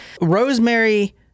Rosemary